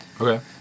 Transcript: Okay